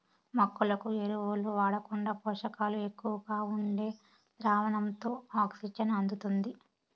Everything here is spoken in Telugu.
మొక్కలకు ఎరువులు వాడకుండా పోషకాలు ఎక్కువగా ఉండే ద్రావణంతో ఆక్సిజన్ అందుతుంది